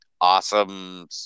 awesome